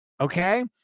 Okay